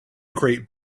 create